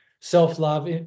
self-love